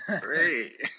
great